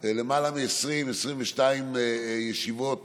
מ-20 ישיבות